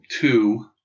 two